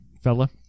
fella